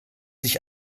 sich